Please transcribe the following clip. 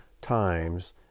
times